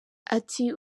ati